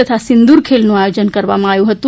તથા સિંદુર ખેલનું આયોજન કરવામાં આવ્યું હતું